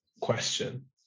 question